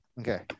Okay